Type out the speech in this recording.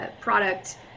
product